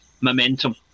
momentum